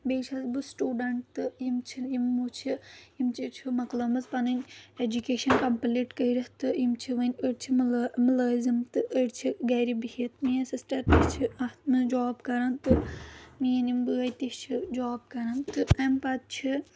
بیٚیہِ چھَس بہٕ سٹوٗڈنٛٹ تہٕ یِم چھِنہٕ یِمو چھِ یِم چھِ مۄکلومٕژ منٛز پَنٕنۍ ایجوکیشَن کَمپلیٖٹ کٔرِتھ تہٕ یِم چھِ وۄنۍ أڑۍ چھِ مُلٲزِم تہٕ أڑۍ چھِ گرِ بِہِتھ میٲنۍ سِسٹَر تہِ چھِ اَتھ منٛز جاب کران تہٕ میٲنۍ یِم بٲے تہِ چھِ جاب کَرَان تہٕ امہِ پَتہٕ چھِ